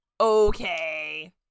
okay